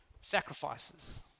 sacrifices